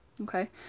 Okay